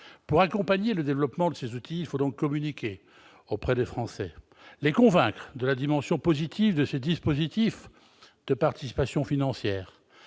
Pour accompagner le développement de ces outils, il faut donc communiquer auprès des Français, les convaincre de la dimension positive de ces dispositifs de participation financière.